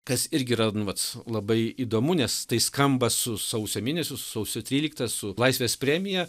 kas irgi yra nu vat labai įdomu nes tai skamba su sausio mėnesiu su sausio trylikta su laisvės premija